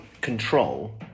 control